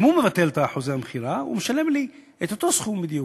אם הוא מבטל את חוזה המכירה הוא משלם לי את אותו סכום בדיוק.